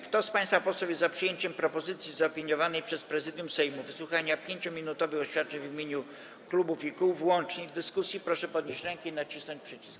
Kto z państwa posłów jest za przyjęciem propozycji zaopiniowanej przez Prezydium Sejmu wysłuchania 5-minutowych oświadczeń w imieniu klubów i kół w łącznej dyskusji, proszę podnieść rękę i nacisnąć przycisk.